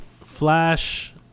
Flash